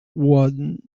one